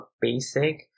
basic